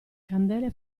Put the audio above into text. candele